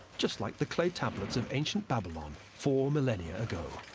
just like the clay tablets of ancient babylon four millennia ago.